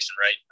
right